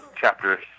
chapter